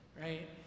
right